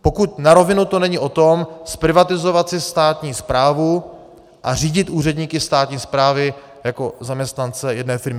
Pokud na rovinu to není o tom zprivatizovat si státní správu a řídit úředníky státní správy jako zaměstnance jedné firmy.